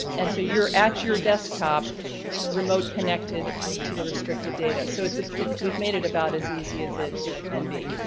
and so you're at your desktop remote connected to the restricted data. so it's a it's we've made it about as easy as it it can be.